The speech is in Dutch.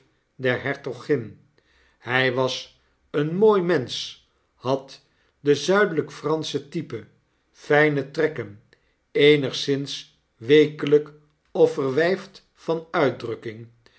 der hertogin hy was een mooi mensch had de zuidelyk-fransche type fljne trekken eenigszins weekelyk of verwyfd van uitdrukking